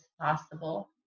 possible